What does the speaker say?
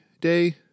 day